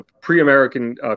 pre-American